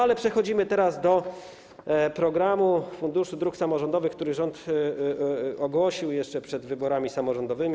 Ale przechodzimy teraz do programu Funduszu Dróg Samorządowych, który rząd ogłosił jeszcze przed wyborami samorządowymi.